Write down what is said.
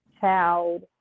child